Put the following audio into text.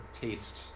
taste